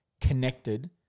connected